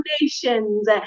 nations